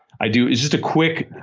i do just a quick.